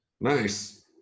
Nice